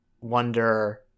wonder